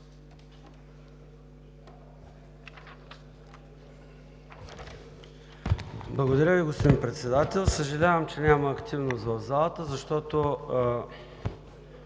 Благодаря Ви, господин Председател. Съжалявам, че няма активност в залата, защото